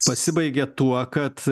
pasibaigė tuo kad